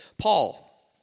Paul